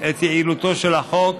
את יעילותו של החוק.